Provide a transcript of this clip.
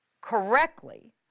correctly